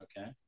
Okay